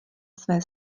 své